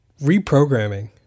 reprogramming